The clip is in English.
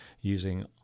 using